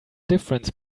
difference